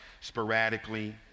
sporadically